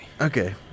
Okay